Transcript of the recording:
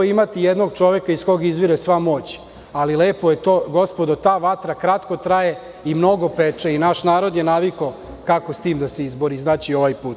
imati jednog čoveka iz kog izvire sva moć, ali lepo je to gospodo ta vatra kratko traje i mnogo peče i naš narod je navikao kako sa tim da se izbori i znače i ovaj put.